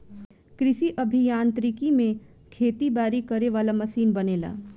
कृषि अभि यांत्रिकी में खेती बारी करे वाला मशीन बनेला